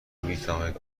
میتوانید